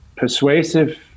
persuasive